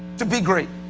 to be great.